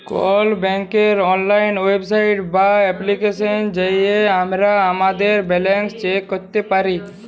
call ব্যাংকের অললাইল website বা এপ্লিকেশলে যাঁয়ে আমরা আমাদের ব্যাল্যাল্স চ্যাক ক্যইরতে পারি